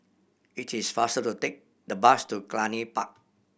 it is faster to take the bus to Cluny Park